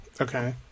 Okay